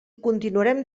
continuarem